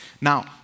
Now